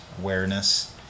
awareness